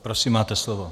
Prosím máte slovo.